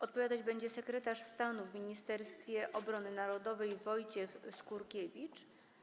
Odpowiadać będzie sekretarz stanu w Ministerstwie Obrony Narodowej Wojciech Skurkiewicz.